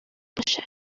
باشه